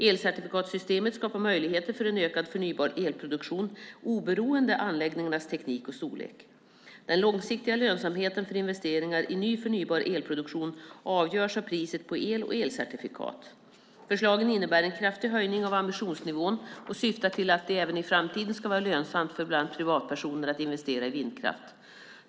Elcertifikatssystemet skapar möjligheter för en ökad förnybar elproduktion oberoende av anläggningarnas teknik och storlek. Den långsiktiga lönsamheten för investeringar i ny förnybar elproduktion avgörs av priset på el och elcertifikat. Förslagen innebär en kraftig höjning av ambitionsnivån och syftar till att det även i framtiden ska vara lönsamt för bland annat privatpersoner att investera i vindkraft.